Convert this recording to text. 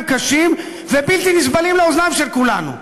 קשים ובלתי נסבלים לאוזניים של כולנו.